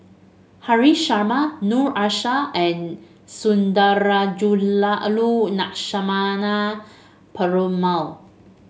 Haresh Sharma Noor Aishah and Sundarajulu Lakshmana Perumal